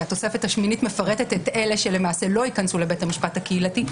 התוספת השמינית מפרטת את אלה שלמעשה לא ייכנסו לבית המשפט הקהילתי,